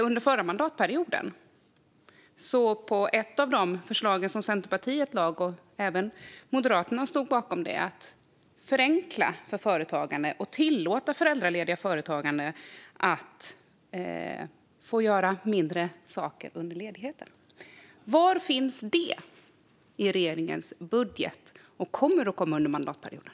Under förra mandatperioden var ett av de förslag som Centerpartiet lade fram och som även Moderaterna stod bakom att förenkla för företagande och tillåta föräldralediga företagare att göra mindre arbetsinsatser under ledigheten. Var finns detta i regeringens budget, och kommer det att komma under mandatperioden?